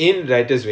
what are you